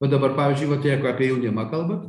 va dabar pavyzdžiui vat jeigu apie jaunimą kalbant